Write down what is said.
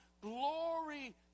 glory